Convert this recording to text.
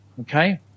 Okay